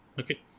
okay